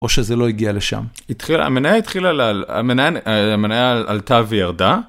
או שזה לא הגיע לשם. התחי-המניה התחילה לעל-המניה, אה... המניה... עלתה וירדה,